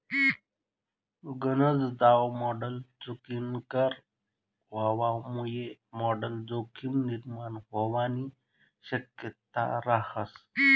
गनज दाव मॉडल चुकीनाकर व्हवामुये मॉडल जोखीम निर्माण व्हवानी शक्यता रहास